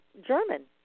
German